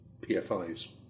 PFIs